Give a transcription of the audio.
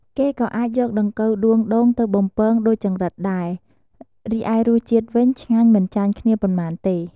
គេក៏អាចយកដង្កូវដួងដូងទៅបំពង ដូចចង្រិតដែរ រីឯរសជាតិវិញឆ្ងាញ់ មិនចាញ់គ្នាប៉ុន្មានទេ។